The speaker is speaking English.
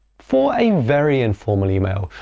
for a very informal email,